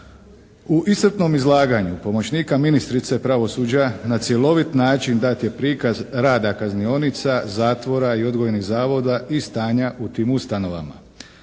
U iscrpnom izlaganju pomoćnika ministrice pravosuđa na cjelovit način dat je prikaz rada kaznionica, zatvora, odgojnih zavoda i stanja u tim ustanovama.